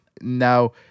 Now